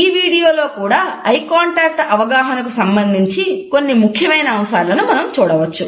ఈ వీడియోలో అవగాహనకు సంబంధించి కొన్ని ముఖ్యమైన అంశాలను మనం చూడవచ్చు